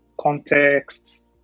context